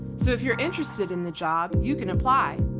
so if you're interested in the job, you can apply.